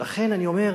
ולכן, אני אומר,